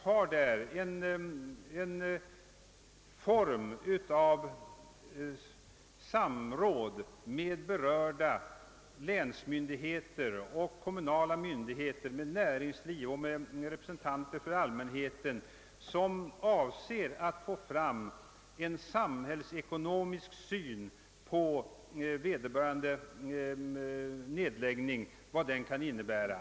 Det försiggår ett samråd med berörda länsmyndigheter och kommunala myndigheter, med näringsliv och med representanter för allmänheten som avser att få fram en samhällsekonomisk syn på vad vederbörande nedläggning kan innebära.